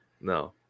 No